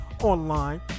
online